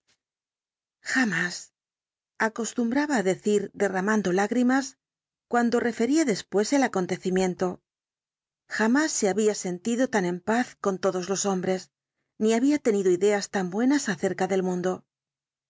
jamás acostumbraba á decir derra el dr jekyll mando lágrimas cuando refería después el acontecimiento jamás se había sentido tan en paz con todos los hombres ni había tenido ideas tan buenas acerca del mundo